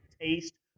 taste